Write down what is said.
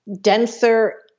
denser